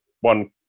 one